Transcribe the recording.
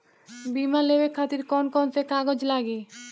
बीमा लेवे खातिर कौन कौन से कागज लगी?